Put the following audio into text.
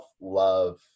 love